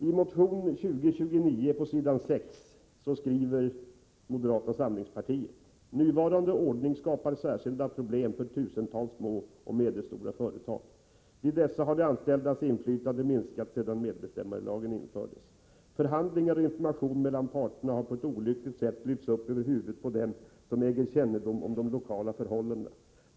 I motion 2029 på s. 6 skriver moderata samlingspartiet: ”Nuvarande ordning skapar särskilda problem för tusentals små och medelstora företag. Vid dessa har de anställdas inflytande minskat sedan MBL infördes. Förhandlingar och information mellan parterna har på ett olyckligt sätt lyfts upp över huvudet på dem som äger kännedom om de lokala förhållandena.